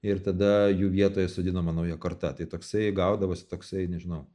ir tada jų vietoje sodinama nauja karta tai toksai gaudavosi toksai nežinau